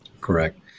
correct